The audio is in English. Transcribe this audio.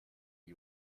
you